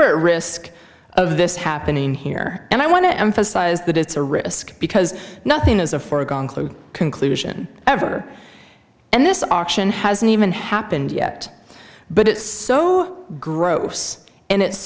we're risk of this happening here and i want to emphasize that it's a risk because nothing is a foregone conclusion ever and this auction hasn't even happened yet but it's so gross and it's